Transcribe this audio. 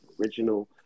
original